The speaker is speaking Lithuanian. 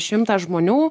šimtą žmonių